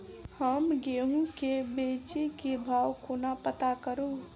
हम गेंहूँ केँ बेचै केँ भाव कोना पत्ता करू?